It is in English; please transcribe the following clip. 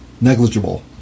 negligible